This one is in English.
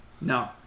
No